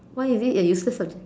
why is it a useless subject